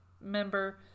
member